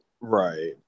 right